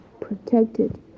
protected